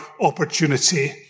opportunity